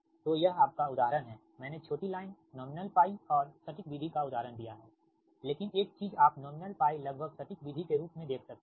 तो यह आपका उदाहरण है मैंने छोटी लाइन नॉमिनल और सटीक विधि का उदाहरण दिया है लेकिन एक चीज आप नॉमिनल लगभग सटीक विधि के रूप में देख सकते हैं